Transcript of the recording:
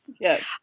yes